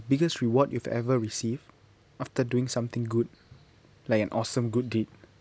biggest reward you've ever received after doing something good like an awesome good deed